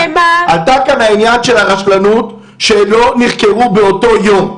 עלה כאן העניין של הרשלנות, שלא נחקרו באותו יום.